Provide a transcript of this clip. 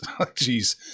Jeez